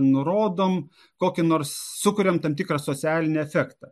nurodom kokį nors sukuriam tam tikrą socialinį efektą